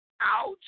Ouch